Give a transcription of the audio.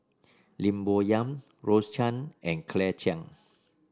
Lim Bo Yam Rose Chan and Claire Chiang